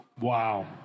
wow